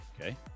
okay